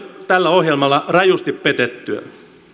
tällä ohjelmalla rajusti petettyä